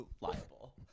liable